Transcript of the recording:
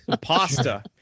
pasta